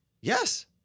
Yes